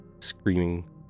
screaming